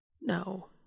No